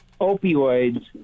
opioids